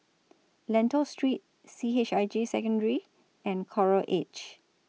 Lentor Street C H I J Secondary and Coral Edge